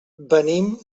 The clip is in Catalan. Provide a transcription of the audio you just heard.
venim